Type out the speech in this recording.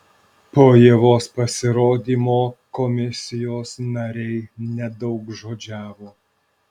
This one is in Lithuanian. po ievos pasirodymo komisijos nariai nedaugžodžiavo